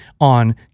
on